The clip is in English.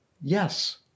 Yes